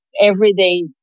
everyday